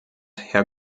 herr